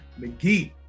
McGee